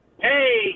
Hey